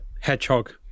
Hedgehog